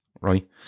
right